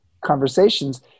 conversations